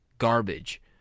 garbage